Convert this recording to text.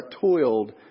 toiled